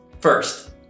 First